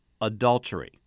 adultery